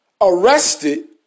arrested